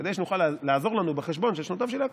כדי שנוכל לעזור לנו בחשבון של שנותיו של יעקב,